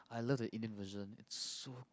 I love the Indian version so